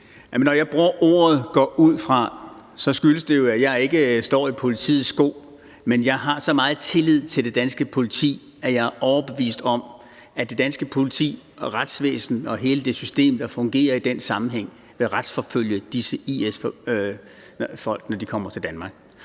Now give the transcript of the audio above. Når jeg bruger udtrykket går ud fra, skyldes det jo, at jeg ikke står i politiets sko, men jeg har så meget tillid til det danske politi, at jeg er overbevist om, at det danske politi og retsvæsen og hele det system, der fungerer i den sammenhæng, vil retsforfølge disse IS-folk, når de kommer til Danmark.